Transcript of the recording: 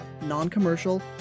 Non-Commercial